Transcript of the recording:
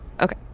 Okay